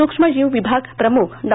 सूक्ष्म जीव विभाग प्रमुख डॉ